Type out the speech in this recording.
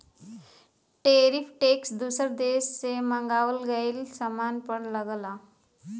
tariff tax दूसर देश से मंगावल गयल सामान पर लगला